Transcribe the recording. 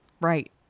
Right